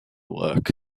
work